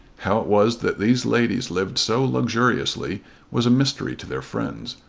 how it was that these ladies lived so luxuriously was a mystery to their friends,